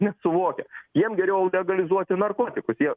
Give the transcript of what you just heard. nesuvokia jiem geriau legalizuoti narkotikus jie